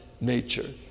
nature